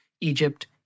Egypt